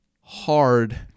hard